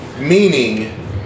meaning